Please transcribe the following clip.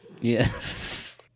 Yes